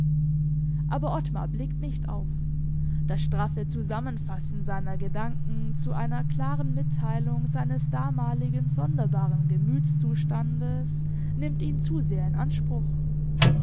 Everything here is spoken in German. aber ottmar blickt nicht auf das straffe zusammenfassen seiner gedanken zu einer klaren mitteilung seines damaligen sonderbaren gemütszustandes nimmt ihn zu sehr in anspruch